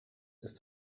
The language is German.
ist